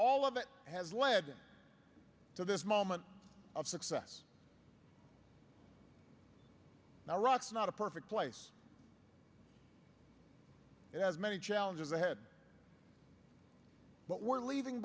all of it has led to this moment of success iraq's not a perfect place it has many challenges ahead but we're leaving